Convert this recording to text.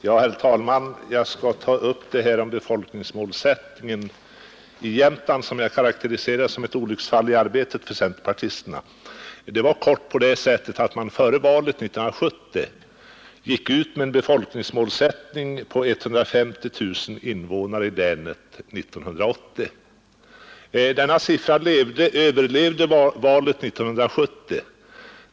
Herr talman! Jag skall ta upp detta om befolkningsmålsättningen i Jämtland, som jag karakteriserar som ett olycksfall i arbetet för centerpartisterna. Kortfattat var det så att man före valet 1970 gick ut med en befolkningsmålsättning på 150 000 invånare i länet 1980. Denna siffra överlevde valet 1970.